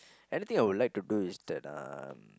anything I would like to do is that um